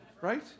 Right